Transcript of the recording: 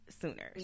sooner